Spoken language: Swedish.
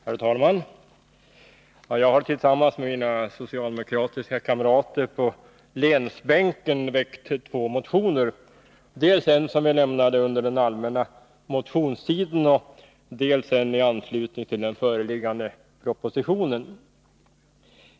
Herr talman! Jag har tillsammans med mina socialdemokratiska kamrater på länsbänken väckt två motioner, dels en som vi lämnade under den allmänna motionstiden, dels en i anslutning till den föreliggande propositionen.